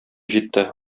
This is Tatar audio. җитте